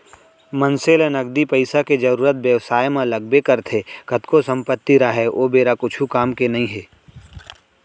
मनसे ल नगदी पइसा के जरुरत बेवसाय म लगबे करथे कतको संपत्ति राहय ओ बेरा कुछु काम के नइ हे